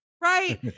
right